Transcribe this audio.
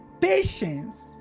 patience